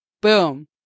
boom